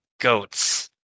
goats